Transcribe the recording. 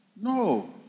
No